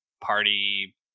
party